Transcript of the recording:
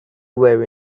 were